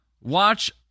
watch